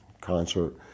concert